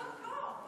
נתקבלה.